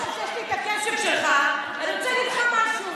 אתם יודעים?